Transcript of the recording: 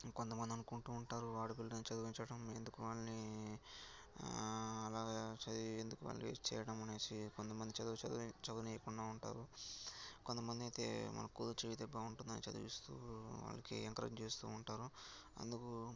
ఇంకొంతమంది అనుకుంటు ఉంటారు ఆడపిల్లని చదివించటం ఎందుకు వాళ్ళని అలాగే చదివి ఎందుకు వాళ్ళని వేస్ట్ చేయడమనేసి కొంతమందికి చదువు చదవనీకుండా ఉంటారు కొంతమందైతే మన కూతురు జీవితం బాగుంటుందని చదివిస్తు వాళ్ళకి ఎంకరేజ్ చేస్తు ఉంటారు అందుకు